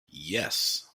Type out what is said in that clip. yes